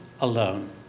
alone